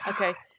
okay